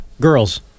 Girls